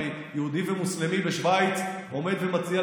הרי יהודי ומוסלמי בשווייץ עומדים ומצדיעים